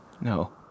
No